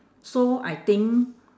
so I think